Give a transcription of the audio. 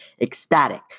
ecstatic